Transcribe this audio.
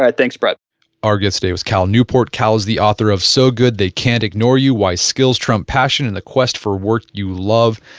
thanks, brett our guest today was cal newport. cal is the author of so good they can't ignore you why skills trump passion in the quest for work you love.